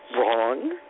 wrong